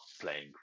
playing